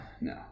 No